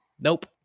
nope